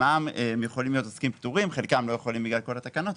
במע"מ הם יכולים להיות עוסקים פטורים; חלקם לא יכולים בגלל כל התקנות,